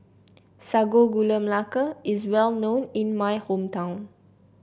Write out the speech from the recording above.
Sago Gula Melaka is well known in my hometown